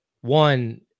one